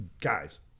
guys